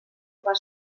per